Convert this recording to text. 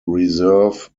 reserve